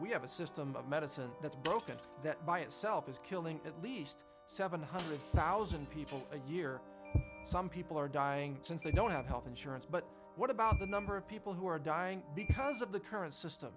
we have a system of medicine that's broken that by itself is killing at least seven hundred thousand people a year some people are dying since they don't have health insurance but what about the number of people who are dying because of the current system